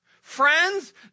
Friends